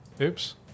Oops